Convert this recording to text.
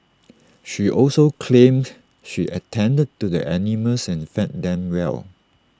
she also claimed she attended to the animals and fed them well